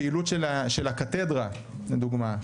פעילות של הקתדרה לדוגמה,